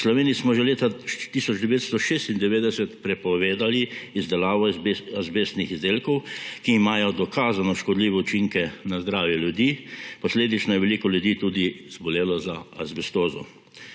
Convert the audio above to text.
V Sloveniji smo že leta 1996 prepovedali izdelavo azbestnih izdelkov, ki imajo dokazano škodljive učinke na zdravje ljudi, posledično je veliko ljudi tudi zbolelo za azbestozo.